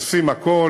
עושים הכול.